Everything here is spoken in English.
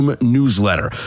Newsletter